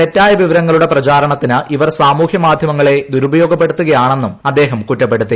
തെറ്റായ വിവരങ്ങളുടെ പ്രചാരണത്തിന് ഇവർ സാമൂഹ്യ മാധ്യമങ്ങളെ ദുരുപയോഗപ്പെടുത്തുകയാണെന്നും അദ്ദേഹം കുറ്റപ്പെടുത്തി